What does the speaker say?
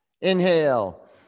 inhale